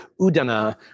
Udana